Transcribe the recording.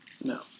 No